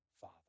Father